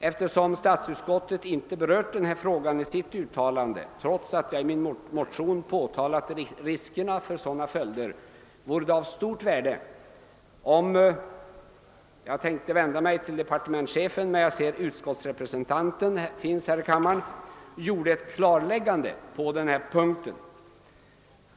Eftersom statsutskottet inte berört denna fråga i sitt utlåtande, trots att jag i min motion påtalade riskerna för sådana följder, vore det av stort värde, om utskottsrepresentanten här i kammaren — jag hade tänkt vända mig till departementschefen, men jag ser att han inte är närvarande i kammaren just nu — kunde göra ett klarläggande på denna punkt.